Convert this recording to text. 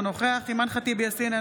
אינו נוכח אימאן ח'טיב יאסין,